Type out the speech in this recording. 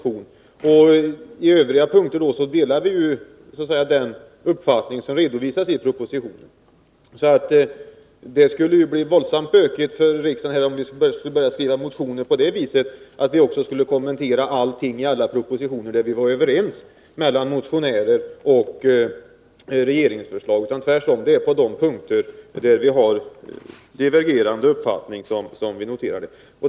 I övriga punkter delar vi den uppfattning som redovisas i propositionen. Det skulle bli våldsamt bökigt för riksdagen om man i motioner skulle kommentera allt i alla propositioner där man är överens med regeringsförslagen. Det är endast punkter där vi har divergerande uppfattning som vi tar upp.